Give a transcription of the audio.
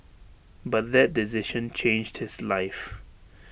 but that decision changed his life